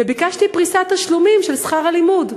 וביקשתי פריסת תשלומים של שכר הלימוד,